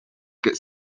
could